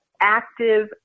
active